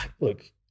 look